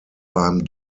beim